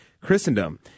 Christendom